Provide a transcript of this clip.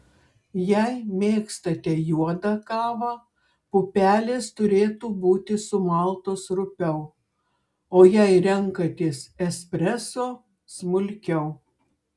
jei mėgstate juodą kavą pupelės turėtų būti sumaltos rupiau o jei renkatės espreso smulkiau